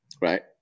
Right